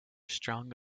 strong